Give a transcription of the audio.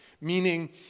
meaning